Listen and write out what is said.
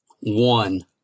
One